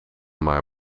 maar